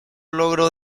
logro